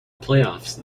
playoffs